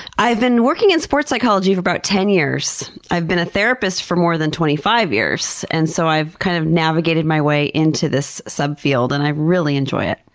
i've been working in sports psychology for about ten years. i've been a therapist for more than twenty five years, and so i've kind of navigated my way into this subfield and i really enjoy it.